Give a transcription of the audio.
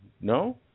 No